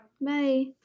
Bye